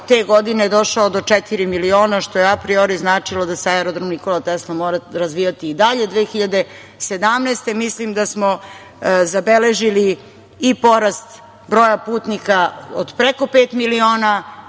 te godine došao do četiri miliona, što je apriori značilo da se Aerodrom „Nikola Tesla“ mora razvijati i dalje, 2017. godine, mislim da smo zabeležili i porast broja putnika od preko pet miliona,